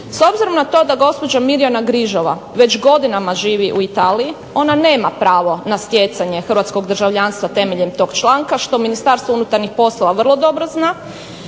S obzirom na to da gospođa Mirjana Grižova već godinama živi u Italiji ona nema pravo na stjecanje hrvatskog državljanstva temeljem tog članka što Ministarstvo unutarnjih poslova jako dobro zna,